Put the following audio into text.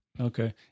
Okay